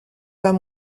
pas